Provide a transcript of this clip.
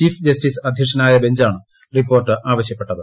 chief justice അധ്യക്ഷനായ ബഞ്ചാണ് report ആർഖശ്യപ്പെട്ടത്